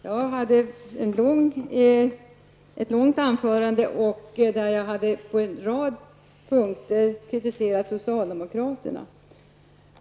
Jag hade ett långt anförande där jag på en rad punkter kritiserade socialdemokraterna.